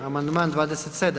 Amandman 27.